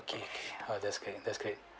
okay oh that's great that's great